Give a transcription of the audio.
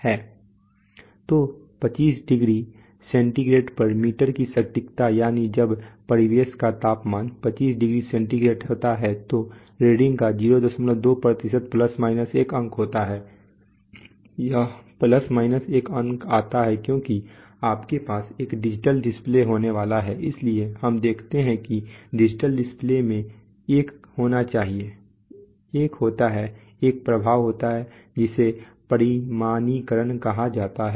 तो 25 degree centigrade पर meter की सटीकता यानी जब परिवेश का तापमान 25 डिग्री सेंटीग्रेड होता है तो रीडिंग का 02 ± एक अंक होता है यह ± एक अंक आता है क्योंकि आपके पास एक डिजिटल डिस्प्ले होने वाला है इसलिए हम देखते हैं कि डिजिटल डिस्प्ले में एक होना चाहिए एक होता है एक प्रभाव होता है जिसे परिमाणीकरण कहा जाता है